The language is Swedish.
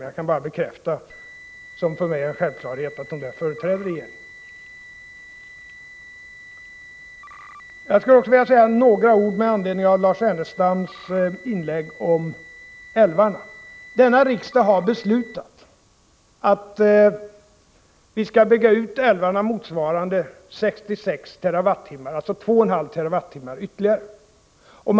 Jag kan bara bekräfta, vilket för mig är en självklarhet, att hon företräder regeringen. Jag skulle också vilja säga några ord med anledning av Lars Ernestams inlägg om älvarna. Riksdagen har beslutat att vi skall bygga ut älvarna motsvarande 66 TWh, alltså ytterligare 2,5 TWh.